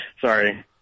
Sorry